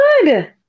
good